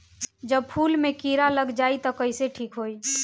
जब फूल मे किरा लग जाई त कइसे ठिक होई?